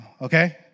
okay